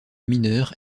mineurs